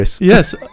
Yes